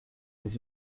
mais